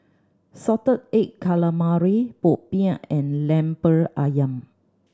salted egg calamari popiah and Lemper Ayam